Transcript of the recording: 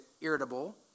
irritable